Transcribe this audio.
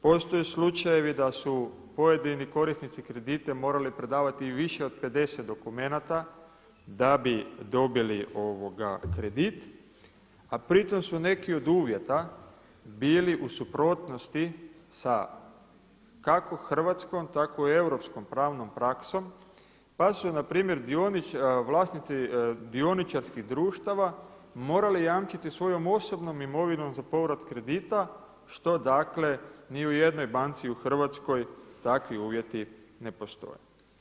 Postoje slučajevi da su pojedini korisnici kredita morali predavati i više od 50 dokumenata da bi dobili kredit, a pritom su neki od uvjeta bili u suprotnosti sa kako hrvatskom, tako i europskom pravnom praksom, pa su na primjer vlasnici dioničarskih društava morali jamčiti svojom osobnom imovinom za povrat kredita što dakle ni u jednoj banci u Hrvatskoj takvi uvjeti ne postoje.